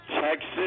Texas